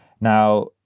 Now